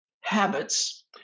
habits